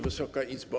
Wysoka Izbo!